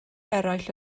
eraill